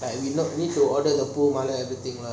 like we need to order the food order everything lah